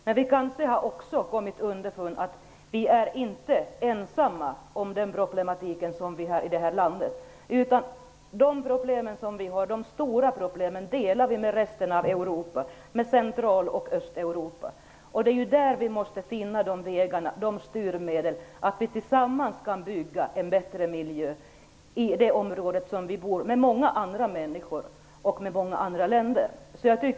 Men vi har kanske också kommit underfund med att vi inte är ensamma om problematiken i det här landet, utan de stora problem som vi har delar vi med resten av Europa, med Central och Östeuropa. Det är där vi måste finna sådana styrmedel som gör att vi kan bygga en bättre miljö i det område där vi bor, tillsammans med många andra människor och med många andra länder.